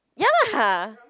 ya lah